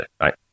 right